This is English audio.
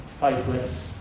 faithless